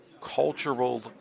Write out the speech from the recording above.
cultural